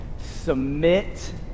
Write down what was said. submit